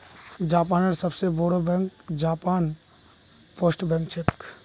जापानेर सबस बोरो बैंक जापान पोस्ट बैंक छिके